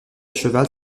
cheval